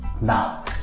Now